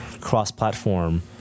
cross-platform